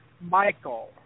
Michael